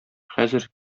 хәзер